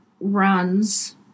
runs